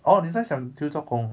orh 你在 siam diu 做工